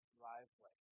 driveway